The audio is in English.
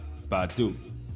Badu